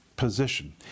position